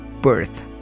birth